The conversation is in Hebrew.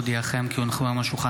הודעה למזכיר